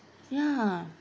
hmm ya lah